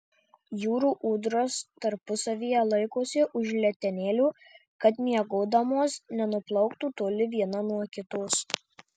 jūrų ūdros tarpusavyje laikosi už letenėlių kad miegodamos nenuplauktų toli viena nuo kitos